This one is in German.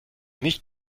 nicht